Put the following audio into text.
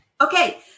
Okay